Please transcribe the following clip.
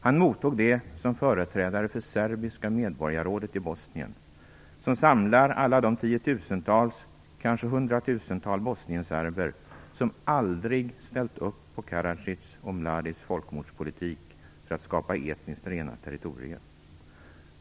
Han mottog det som företrädare för Serbiska Medborgarrådet i Bosnien som samlar alla de tiotusentals, kanske hundratusental, bosnienserber som aldrig ställt upp på Karadzics och Mladics folkmordspolitik för att skapa etniskt rena territorier.